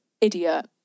idiot